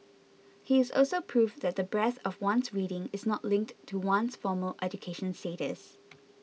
he is also proof that the breadth of one's reading is not linked to one's formal education status